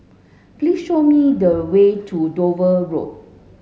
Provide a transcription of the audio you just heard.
please show me the way to Dover Road